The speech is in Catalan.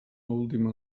última